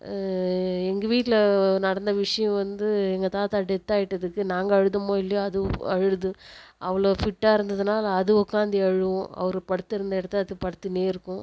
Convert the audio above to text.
எங்கள் வீட்டில் நடந்த விஷயம் வந்து எங்கள் தாத்தா டெத் ஆகிட்டதுக்கு நாங்கள் அழுதமோ இல்லையோ அது அழுதது அவ்வளோ ஃபிட்டாக இருந்ததுனால் அது உட்காந்து அழுகும் அவர் படுத்திருந்த இடத்துல அது படுத்துகின்னே இருக்கும்